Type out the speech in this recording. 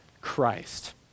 Christ